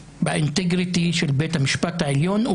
באינטגריטי של בית המשפט העליון,